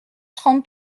trente